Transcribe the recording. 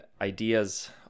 ideas